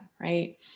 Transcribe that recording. right